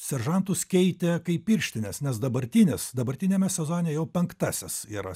seržantus keitė kaip pirštines nes dabartinis dabartiniame sezone jau penktasis yra